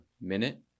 minute